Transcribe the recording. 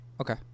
Okay